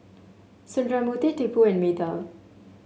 Sundramoorthy Tipu and Medha